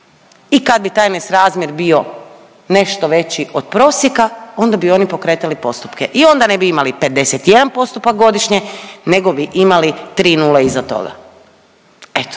i kad bi taj nesrazmjer bio nešto veći od prosjeka onda bi oni pokretali postupke. I onda ne bi imali 51 postupak godišnje nego bi imali tri nule iza toga. Eto,